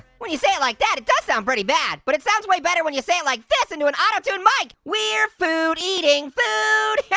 when you say it like that, it does sound pretty bad, but it sounds way better when you say it like this into an auto-tune mike. we're food eating food that's it, yeah